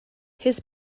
his